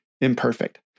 imperfect